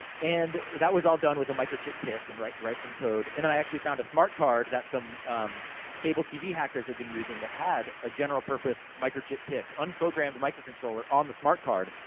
and that was all done with a microchip pic, and write write some code. and then i actually found a smart card, that some cable tv hackers had been using, that had a general-purpose microchip pic. unprogrammed, micro-controller, on the smart card.